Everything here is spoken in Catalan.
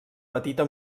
petita